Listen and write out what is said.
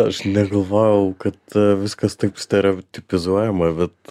aš negalvojau kad viskas taip stereotipizuojama bet